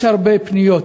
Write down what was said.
יש הרבה פניות,